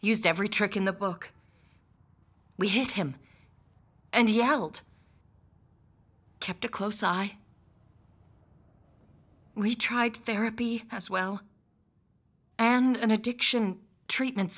used every trick in the book we hit him and yelled kept a close eye we tried therapy as well and an addiction treatment